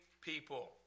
people